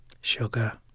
sugar